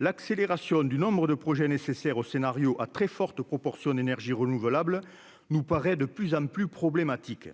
l'accélération du nombres de projets nécessaires au scénario à très forte proportion d'énergies renouvelables, nous paraît de plus en plus problématique,